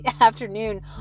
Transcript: afternoon